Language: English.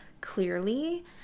clearly